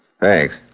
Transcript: Thanks